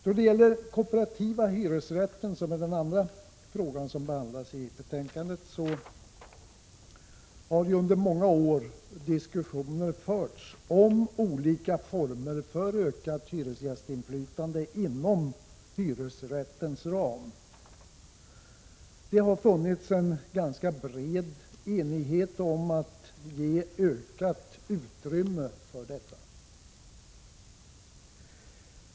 Då det gäller den kooperativa hyresrätten, som är den andra fråga som behandlas i betänkandet, har under många år diskussioner förts om olika former för ökat hyresgästinflytande inom hyresrättens ram. Det har funnits en ganska bred enighet om att vi skall ge ökat utrymme för detta.